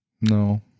No